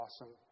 awesome